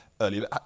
earlier